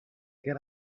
get